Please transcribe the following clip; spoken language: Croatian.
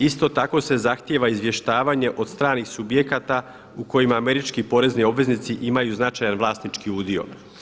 Isto tako se zahtjeva izvještavanje od stranih subjekata u kojima američki porezni obveznici imaju značajan vlasnički udio.